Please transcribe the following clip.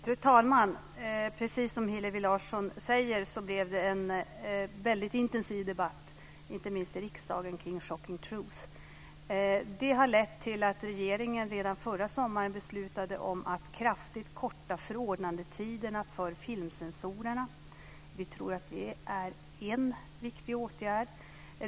Fru talman! Precis som Hillevi Larsson säger blev det en väldigt intensiv debatt, inte minst i riksdagen, kring Shocking truth. Det har lett till att regeringen redan förra sommaren beslutade att kraftigt korta förordnandetiderna för filmcensorerna. Vi tror att det är en viktig åtgärd.